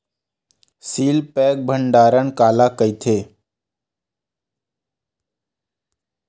Seal pack भंडारण काला कइथे?